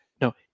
no